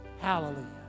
Hallelujah